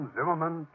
Zimmerman